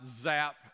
zap